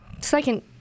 second